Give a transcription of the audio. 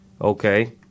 Okay